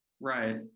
right